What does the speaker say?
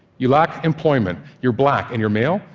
you lack employment, you're black, and you're male,